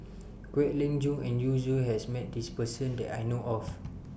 Kwek Leng Joo and Yu Zhuye has Met This Person that I know of